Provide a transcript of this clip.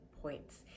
points